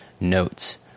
notes